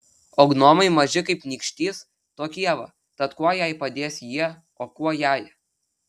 o gnomai maži kaip nykštys tokie va tad kuo jai padės jie o kuo jai